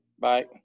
Bye